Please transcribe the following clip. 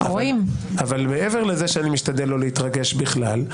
אבל מעבר לזה שאני משתדל לא להתרגש בכלל,